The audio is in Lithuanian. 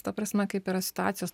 ta prasme kaip yra situacijos